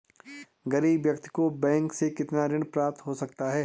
गरीब व्यक्ति को बैंक से कितना ऋण प्राप्त हो सकता है?